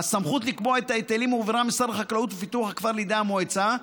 והסמכות לקבוע את ההיטלים הועברה משר החקלאות ופיתוח הכפר לידי המועצה,